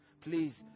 please